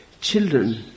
Children